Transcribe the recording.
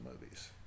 movies